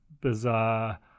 bizarre